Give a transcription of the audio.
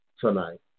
tonight